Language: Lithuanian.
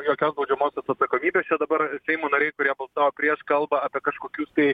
jokios baudžiamosios atsakomybės čia dabar seimo nariai kurie balsuoja prieš kalba apie kažkokius tai